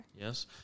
Yes